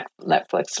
Netflix